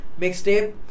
mixtape